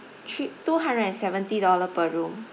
three two hundred and seventy dollar per room